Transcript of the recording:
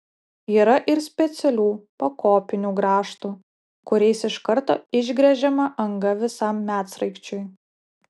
yra ir specialių pakopinių grąžtų kuriais iš karto išgręžiama anga visam medsraigčiui